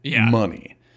money